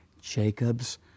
Jacob's